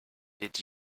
did